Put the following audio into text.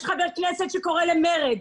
יש חבר כנסת שקורא למרד.